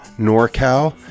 norcal